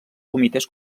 comitès